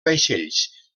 vaixells